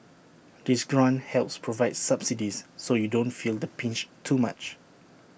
this grant helps provide subsidies so you don't feel the pinch too much